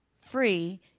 free